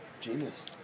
Genius